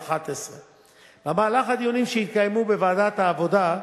2011. במהלך הדיונים שהתקיימו בוועדת העבודה,